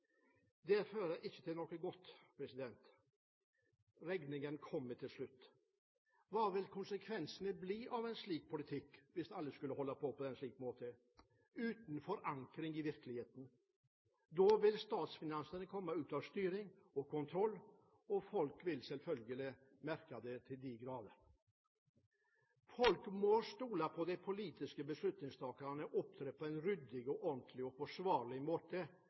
Det fører ikke til noe godt. Regningen kommer til slutt. Hva vil konsekvensene bli av en slik politikk – hvis alle skulle holde på på den måten, uten forankring i virkeligheten? Da ville statsfinansene komme ut av styring og kontroll, og folk ville selvfølgelig merke det til de grader. Folk må kunne stole på at de politiske beslutningstakerne opptrer på en ryddig, ordentlig og forsvarlig måte